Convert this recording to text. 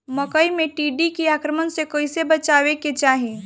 मकई मे टिड्डी के आक्रमण से कइसे बचावे के चाही?